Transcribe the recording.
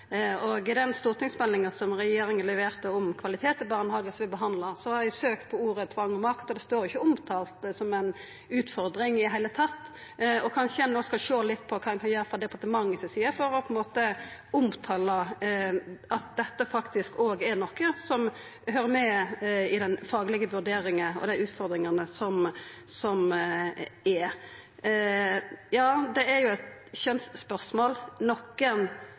I stortingsmeldinga som regjeringa leverte om kvalitet i barnehagen, og som vi har behandla, har eg søkt på orda «tvang» og «makt», men dette står ikkje omtalt som ei utfordring i det heile. Kanskje ein no skal sjå litt på kva ein kan gjera frå departementet si side for å omtala at dette faktisk òg er noko som høyrer med i den faglege vurderinga av utfordringane som er der. Ja, det er